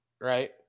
Right